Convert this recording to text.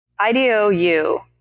idou